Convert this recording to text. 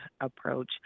approach